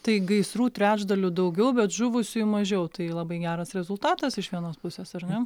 tai gaisrų trečdaliu daugiau bet žuvusiųjų mažiau tai labai geras rezultatas iš vienos pusės ar ne